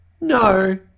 no